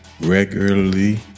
regularly